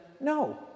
no